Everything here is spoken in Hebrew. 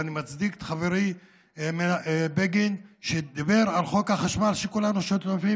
ואני מצדיק את חברי בגין שדיבר על חוק החשמל שכולנו שותפים לו.